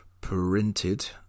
printed